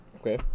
Okay